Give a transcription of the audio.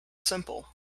simple